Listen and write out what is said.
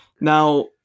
Now